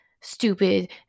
stupid